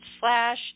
slash